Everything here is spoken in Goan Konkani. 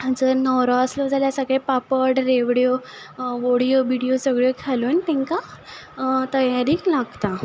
जर न्हवरो आसलो जाल्यार सगले पापड रेवडयो वडयो बिडयो सगलें घालून तिंकां तयारीक लागता